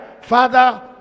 Father